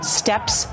steps